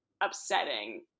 upsetting